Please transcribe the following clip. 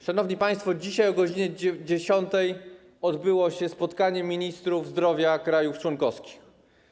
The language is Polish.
Szanowni państwo, dzisiaj o godz. 10 odbyło się spotkanie ministrów zdrowia krajów członkowskich.